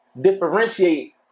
differentiate